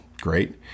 great